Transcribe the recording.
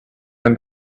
when